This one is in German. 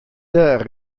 der